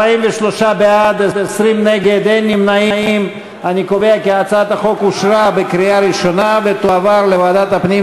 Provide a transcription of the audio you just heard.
ההצעה להעביר את הצעת חוק למניעת הסתננות ולהבטחת יציאת